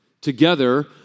together